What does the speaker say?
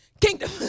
Kingdom